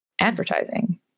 advertising